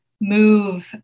move